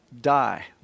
die